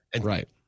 Right